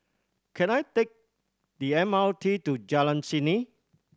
can I take the M R T to Jalan Isnin